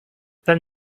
then